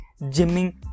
gymming